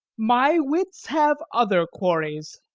my wits have other quarries.